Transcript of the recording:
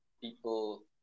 people